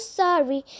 sorry